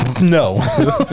No